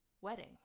wedding